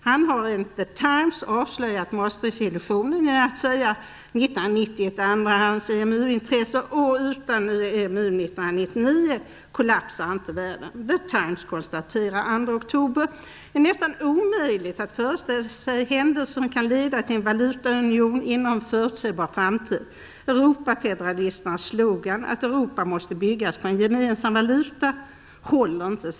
Han har enligt The Times avslöjat Maastricht-illusionen genom att säga att "1999 är ett andra-rangs EMU intresse" och "utan EMU 1999 kollapsar inte världen". The Times konstaterade den 2 oktober: "det är nästan omöjligt att föreställa sig händelser som kan leda till en valutaunion inom en förutsebar framtid. Europafederalisternas slogan att ́Europa måste byggas på en gemensam valuta ́ håller inte.